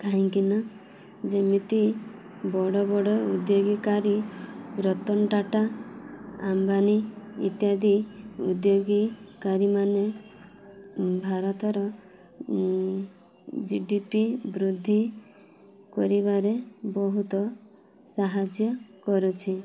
କାହିଁକି ନା ଯେମିତି ବଡ଼ବଡ଼ ଉଦ୍ୟୋଗୀକାରୀ ରତନ ଟାଟା ଆମ୍ବାନୀ ଇତ୍ୟାଦି ଉଦ୍ୟୋଗୀକାରୀମାନେ ଭାରତର ଜି ଡ଼ି ପି ବୃଦ୍ଧି କରିବାରେ ବହୁତ ସାହାଯ୍ୟ କରୁଛି